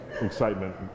excitement